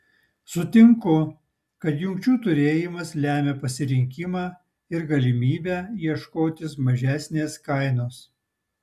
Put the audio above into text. sutinku kad jungčių turėjimas lemia pasirinkimą ir galimybę ieškotis mažesnės kainos